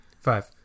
Five